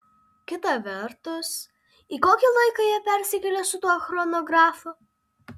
kita vertus į kokį laiką jie persikėlė su tuo chronografu